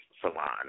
salon